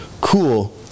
Cool